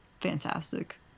fantastic